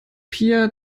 pia